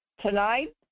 tonight